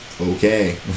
okay